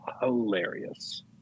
hilarious